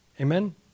Amen